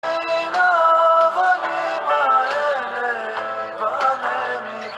מן האבנים האלה ייבנה מקדש